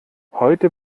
heute